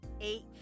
eight